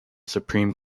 supreme